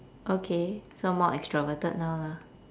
okay so more extroverted now lah